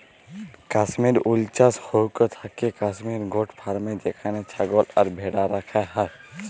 Kashmir wool চাস হৌক থাকেক কাশ্মির গোট ফার্মে যেখানে ছাগল আর ভ্যাড়া রাখা হয়